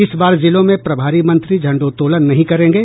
इस बार जिलों में प्रभारी मंत्री झंडोत्तोलन नहीं करेंगे